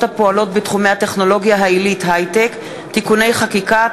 הפועלות בתחומי הטכנולוגיה העילית (היי-טק) (תיקוני חקיקה),